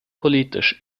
politisch